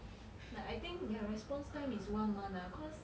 like I think their response time is one month lah cause